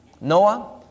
Noah